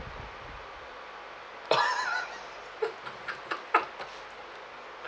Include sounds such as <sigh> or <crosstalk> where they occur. <laughs>